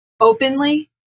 openly